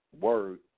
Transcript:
Word